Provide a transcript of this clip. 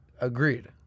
Agreed